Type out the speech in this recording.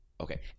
okay